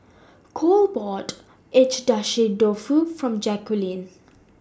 Cole bought Agedashi Dofu For Jacquelynn